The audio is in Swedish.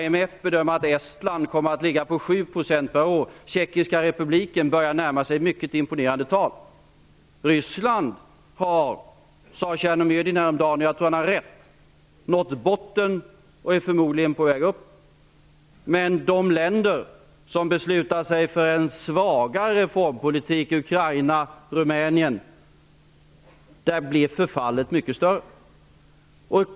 IMF bedömer att tillväxten i Estland kommer att ligga på 7 % per år. Tjeckiska republiken börjar närma sig mycket imponerande tal. Tjernomyrdin sade häromdagen att Ryssland har nått botten och förmodligen är på väg upp. Jag tror att han har rätt. Men i de länder som beslutar sig för en svagare reformpolitik, t.ex. Ukraina och Rumänien, blir förfallet mycket större.